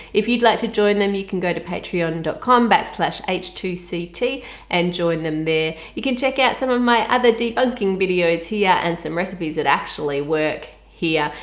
if you'd like to join them you can go to patreon and dot com but slash h two c t and join them there. you can check out and my other debunking videos here and some recipes that actually work here.